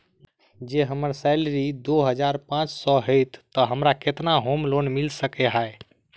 जँ हम्मर सैलरी दु हजार पांच सै हएत तऽ हमरा केतना होम लोन मिल सकै है?